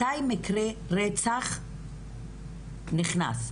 מתי מקרה רצח נכנס?